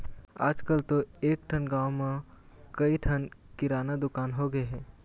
आजकल तो एकठन गाँव म कइ ठन किराना दुकान होगे हे